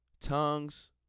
tongues